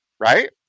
Right